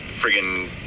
friggin